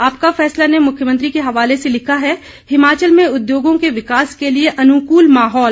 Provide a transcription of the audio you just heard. आपका फैसला ने मुख्यमंत्री के हवाले से लिखा है हिमाचल में उद्योंगों के विकास के लिए अनुकूल माहौल